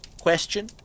question